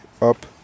up